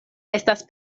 estas